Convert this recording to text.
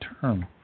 term